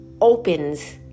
opens